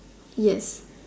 yes